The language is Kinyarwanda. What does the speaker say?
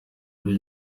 bye